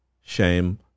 shame